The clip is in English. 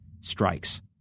strikes